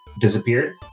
disappeared